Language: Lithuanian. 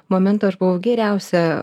momentu aš buvau geriausia